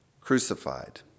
crucified